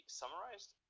summarized